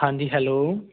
ਹਾਂਜੀ ਹੈਲੋ